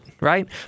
right